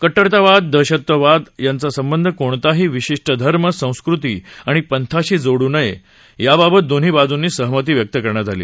कट्टरवाद आणि दहशतवाद यांचा संबंध कोणताही विशिष्ट धर्म संस्कृती आणि पंथाशी जोडू नये याबाबत दोन्ही बाजूंनी सहमती व्यक्त करण्यात आली